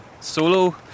solo